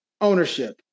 ownership